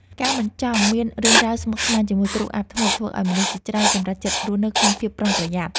ការមិនចង់មានរឿងរ៉ាវស្មុគស្មាញជាមួយគ្រូអាបធ្មប់ធ្វើឱ្យមនុស្សជាច្រើនសម្រេចចិត្តរស់នៅក្នុងភាពប្រុងប្រយ័ត្ន។